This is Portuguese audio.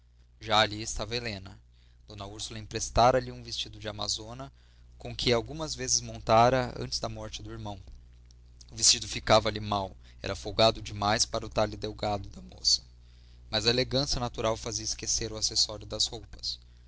já ali estava helena d úrsula emprestara lhe um vestido de amazona com que algumas vezes montara antes da morte do irmão o vestido ficava lhe mal era folgado demais para o talhe delgado da moça mas a elegância natural fazia esquecer o acessório das roupas